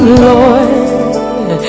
Lord